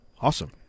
Awesome